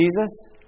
Jesus